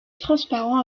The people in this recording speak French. transparent